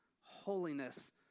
holiness